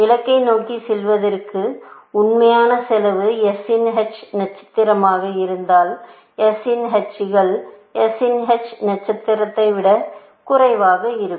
இலக்கை நோக்கிச் செல்வதற்கு உண்மையான செலவு s இன் h நட்சத்திரமாக இருந்தால் s இன் h கள் s இன் h நட்சத்திரத்தை விட குறைவாக இருக்கும்